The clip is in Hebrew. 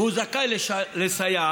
והוא זכאי לסייעת,